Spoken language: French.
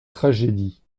tragédie